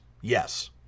Yes